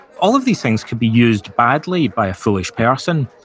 all of these things could be used badly by a foolish person,